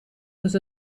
was